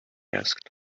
asked